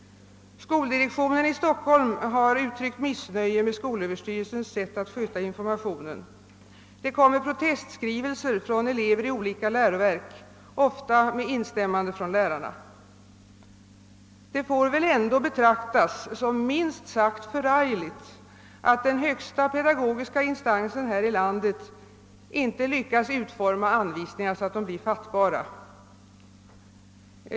Skoldirektionen i Stockholm har uttryckt missnöje med skolöverstyrelsens sätt att sköta informationen. Det kommer protestskrivelser från elever i olika läroverk, ofta med instämmande från lärarna. Det får väl ändå betraktas som minst sagt förargligt att den högsta pedagogiska instansen här i landet inte lyckas utforma anvisningar så att de blir fattbara.